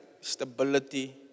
stability